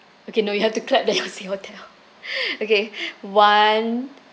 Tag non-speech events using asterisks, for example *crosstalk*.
okay no you have to clap then you *laughs* say hotel okay one